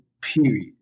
period